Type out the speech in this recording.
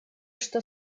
что